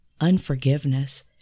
unforgiveness